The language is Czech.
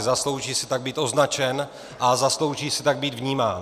Zaslouží si tak být označen a zaslouží si tak být vnímán.